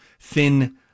thin